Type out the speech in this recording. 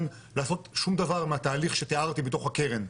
לעשות שום דבר מהתהליך שתיארתי בתוך הקרן.